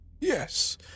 Yes